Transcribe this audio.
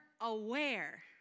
aware